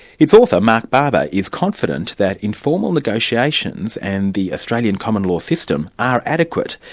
its author, mark barber, is confident that informal negotiations and the australian common law system are adequate,